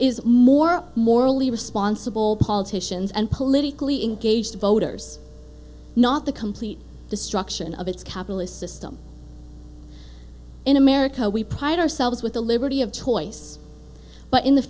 is more morally responsible politicians and politically engaged voters not the complete destruction of its capitalist system in america we pride ourselves with the liberty of choice but in the